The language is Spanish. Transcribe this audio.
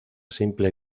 simple